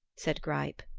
said greip.